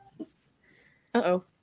Uh-oh